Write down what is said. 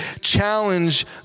challenge